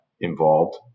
involved